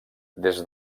des